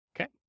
Okay